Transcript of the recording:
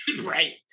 Right